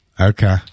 Okay